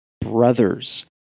brothers